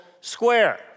square